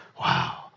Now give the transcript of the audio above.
wow